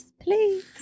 please